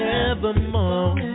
evermore